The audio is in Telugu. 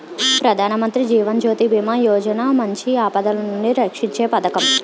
ప్రధానమంత్రి జీవన్ జ్యోతి బీమా యోజన మంచి ఆపదలనుండి రక్షీంచే పదకం